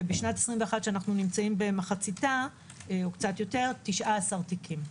ובשנת 21', שאנו במחציתה או קצת יותר 19 תיקים.